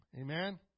Amen